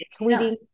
tweeting